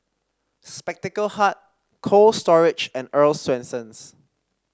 Spectacle Hut Cold Storage and Earl's Swensens